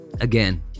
Again